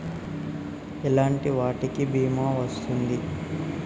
ఎలాంటి వాటికి బీమా వస్తుంది?